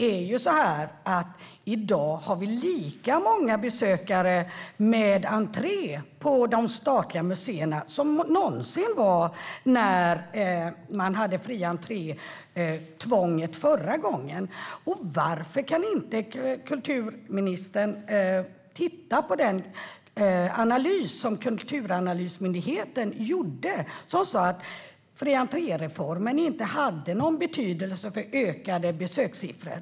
I dag har vi lika många besökare med entré på de statliga museerna som någonsin var när man hade tvånget med fri entré förra gången. Varför kan inte kulturministern titta på den analys som Myndigheten för kulturanalys gjorde? Den sa att reformen med fri entré inte hade någon betydelse för ökade besökssiffror.